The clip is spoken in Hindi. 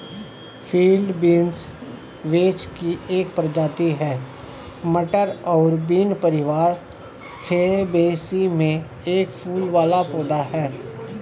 फील्ड बीन्स वेच की एक प्रजाति है, मटर और बीन परिवार फैबेसी में एक फूल वाला पौधा है